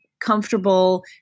comfortable